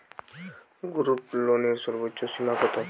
গ্রুপলোনের সর্বোচ্চ সীমা কত?